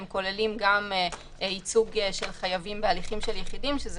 הם כוללים גם ייצוג של חייבים בהליכים של יחידים שזה